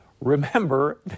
Remember